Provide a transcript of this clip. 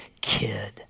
kid